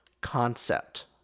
concept